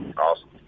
awesome